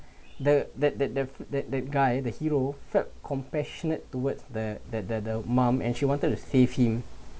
the that that that that that guy the hero felt compassionate towards the the the the mom and she wanted to save him